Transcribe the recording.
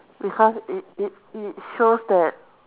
because it it it shows that